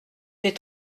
des